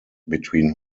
between